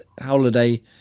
holiday